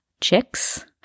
chicks